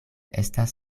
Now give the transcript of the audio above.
estas